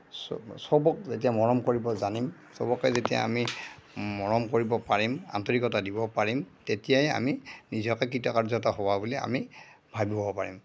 চব চবক যেতিয়া মৰম কৰিব জানিম চবকেই যেতিয়া আমি মৰম কৰিব পাৰিম আন্তৰিকতা দিব পাৰিম তেতিয়াই আমি নিজকে কৃতকাৰ্যতা হোৱা বুলি আমি ভাবিব পাৰিম